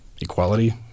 equality